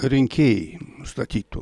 rinkėjai nustatytų